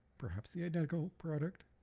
perhaps the identical product,